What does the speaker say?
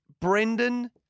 Brendan